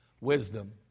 Wisdom